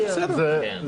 בסדר.